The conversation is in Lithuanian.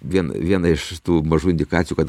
vien viena iš tų mažų indikacijų kad